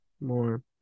More